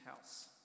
house